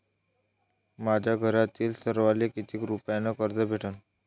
माह्या घरातील सर्वाले किती रुप्यान कर्ज भेटन?